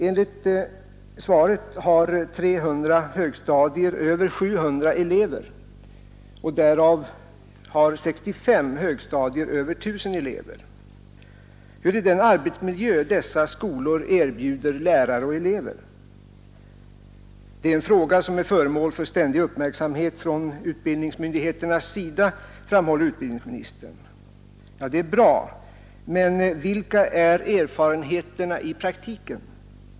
Enligt svaret har 300 högstadier över 700 elever och därav har 65 högstadier över 1 000 elever. Hurudan är den arbetsmiljö dessa skolor erbjuder lärare och elever? Det är en fråga som är föremål för ständig uppmärksamhet från utbildningsmyndigheternas sida, framhåller utbildningsministern. Ja, det är bra, men vilka är erfarenheterna i praktiken?